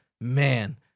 man